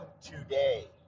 today